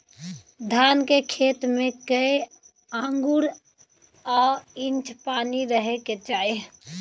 धान के खेत में कैए आंगुर आ इंच पानी रहै के चाही?